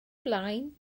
blaen